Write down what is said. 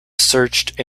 searched